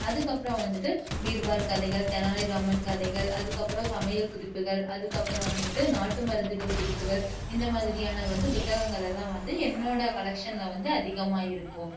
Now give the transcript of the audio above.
அதுக்கு அப்புறோம் வந்துகிட்டு பீர்பால் கதைகள் தெனாலிராமன் கதைகள் அதுக்கு அப்புறோம் சமையல் குறிப்புகள் அதுக்கு அப்புறோம் வந்துகிட்டு நாட்டு மருந்துகள் குறிப்புகள் இந்த மாதிரியான வந்து புத்தகங்கள் எல்லாம் வந்து என்னோடய கலெக்ஷன்லில் வந்து அதிகமாக இருக்கும்